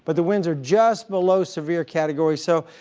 but the winds are just below severe category. so